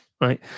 right